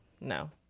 no